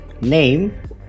name